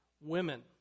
women